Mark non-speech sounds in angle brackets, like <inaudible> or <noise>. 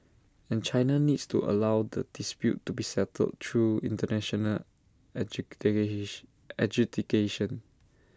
and China needs to allow the dispute to be settled through International <unintelligible> adjudication